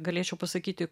galėčiau pasakyti